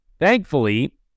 thankfully